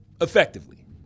Effectively